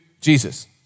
Jesus